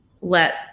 let